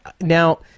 Now